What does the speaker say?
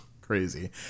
crazy